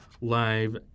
Live